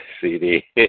CD